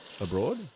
abroad